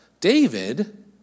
David